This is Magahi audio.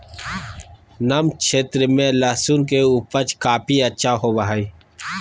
नम क्षेत्र में लहसुन के उपज काफी अच्छा होबो हइ